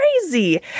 crazy